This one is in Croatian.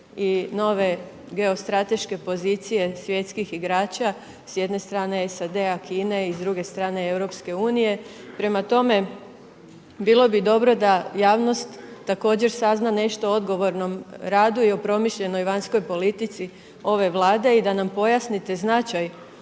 i nove geostrateške pozicije svjetskih igrača, s jedne strane SAD-a i Kine i s druge strane EU. Prema tome, bilo bi dobro da javnost također sazna nešto o odgovornom radu i o promišljenoj vanjskoj politici ove Vlade i da nam pojasnite značaj